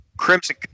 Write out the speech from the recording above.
Crimson